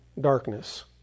darkness